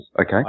Okay